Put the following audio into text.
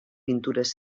pintures